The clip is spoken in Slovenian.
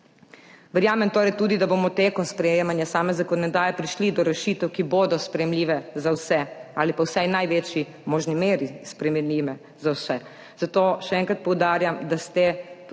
Verjamem torej tudi, da bomo tekom sprejemanja same zakonodaje prišli do rešitev, ki bodo sprejemljive za vse ali pa vsaj v največji možni meri sprejemljive za vse, zato še enkrat poudarjam, da ste